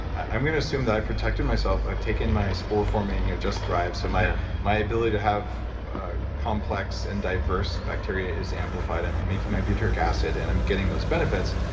i'm going to assume that i've protected myself i've taken my spore forming, just thrive, so my my ability to have a complex and diverse bacteria is amplified. i'm making my butyric acid and i'm getting those benefits.